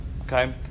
Okay